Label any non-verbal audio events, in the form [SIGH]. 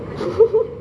[LAUGHS]